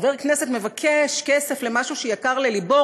חבר כנסת מבקש כסף למשהו שהוא יקר ללבו,